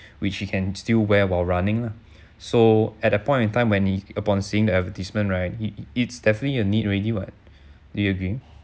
which you can still wear while running lah so at that point in time when he upon seeing the advertisement right it it's definitely a need already what do you agree